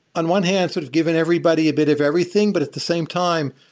on one hand, sort of given everybody a bit of everything. but at the same time,